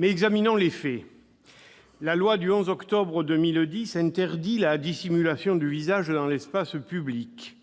Examinons les faits. La loi du 11 octobre 2010 interdisant la dissimulation du visage dans l'espace public